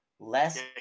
Less